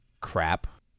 crap